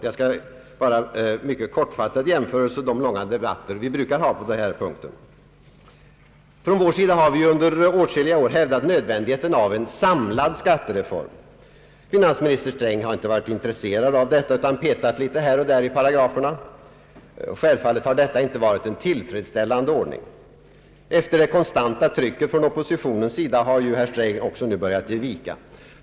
Jag skall fatta mig mycket kort i jämförelse med de mycket långa debatter vi brukar ha härom. Från vår sida har vi under åtskilliga år hävdat nödvändigheten av en samlad skattereform. Finansminister Sträng har inte varit intresserad av detta utan petat litet här och där i paragraferna. Självfallet har inte detta varit en tillfredsställande ordning. Efter det konstanta trycket från oppositionens sida har ju herr Sträng också nu börjat ge vika.